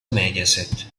mediaset